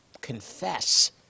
confess